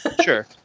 sure